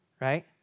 Right